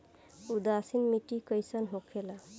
उदासीन मिट्टी कईसन होखेला?